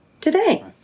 today